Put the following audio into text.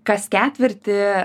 kas ketvirtį